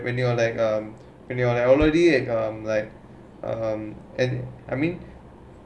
when you like um when you are already like um like um ah I mean